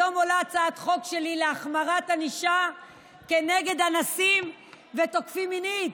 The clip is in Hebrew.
היום עולה הצעת חוק שלי להחמרת ענישה כנגד אנסים ותוקפים מינית.